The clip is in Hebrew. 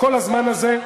שכל הזמן הזה,